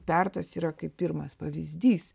pertas yra kaip pirmas pavyzdys